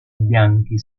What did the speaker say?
bianchi